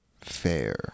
fair